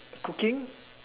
cooking